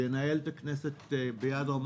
ינהל את הכנסת ביד רמה.